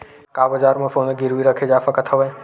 का बजार म सोना गिरवी रखे जा सकत हवय?